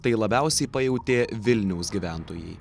tai labiausiai pajautė vilniaus gyventojai